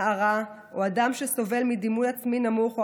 נערה ואדם שסובל מדימוי עצמי נמוך או